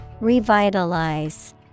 Revitalize